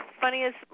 funniest